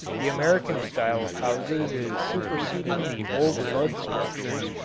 the american style of houses is superseding the old mud structures,